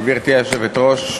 גברתי היושבת-ראש,